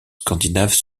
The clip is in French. scandinaves